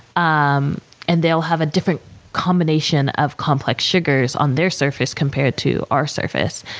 um and they'll have a different combination of complex sugars on their surface compared to our surface,